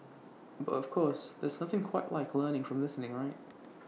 but of course there's nothing quite like learning from listening right